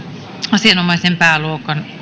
asianomaisen pääluokan